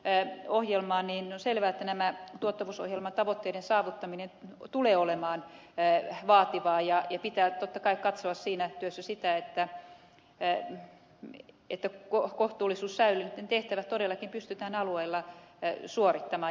viitasen tuottavuusohjelmaan niin on selvä että tuottavuusohjelman tavoitteiden saavuttaminen tulee olemaan vaativaa ja pitää totta kai katsoa siinä työssä sitä että kohtuullisuus säilyy että ne tehtävät pystytään todellakin alueilla suorittamaan